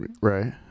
Right